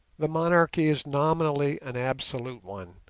the monarchy is nominally an absolute one,